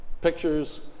pictures